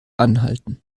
anhalten